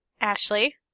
Ashley